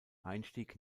einstieg